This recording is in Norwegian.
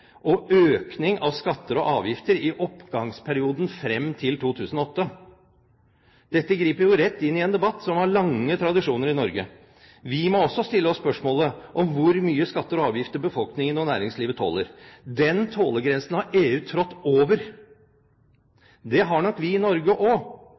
og økning av skatter og avgifter i oppgangsperioden frem til 2008. Dette griper jo rett inn i en debatt som har lange tradisjoner i Norge. Vi må også stille oss spørsmålet om hvor mye skatter og avgifter befolkningen og næringslivet tåler. Den tålegrensen har EU trådt